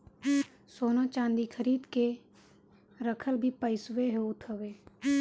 सोना चांदी खरीद के रखल भी पईसवे होत हवे